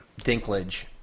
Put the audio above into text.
Dinklage